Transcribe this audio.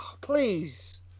please